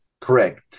Correct